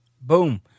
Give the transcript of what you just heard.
Boom